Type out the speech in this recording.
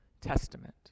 Testament